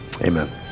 Amen